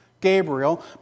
Gabriel